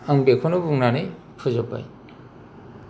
आं बेखौनो बुंनानै फोजोब्बाय